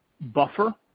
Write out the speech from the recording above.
Buffer